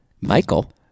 Michael